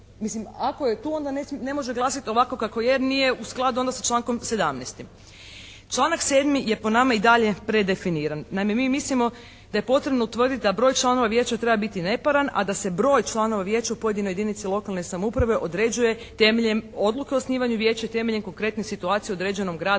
Mislim, ako je tu onda ne može glasiti ovako kako je jer nije u skladu onda sa člankom 17. Članak 7. je po nama i dalje predefiniran. Naime, mi mislimo da je potrebno utvrditi da broj članova vijeća treba biti neparan, a da se broj članova vijeća u pojedinoj jedinici lokalne samouprave određuje temeljem odluke o osnivanju vijeća i temeljem konkretnih situacija u određenom gradu